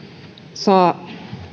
saa